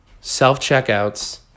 Self-checkouts